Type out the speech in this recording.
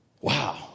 Wow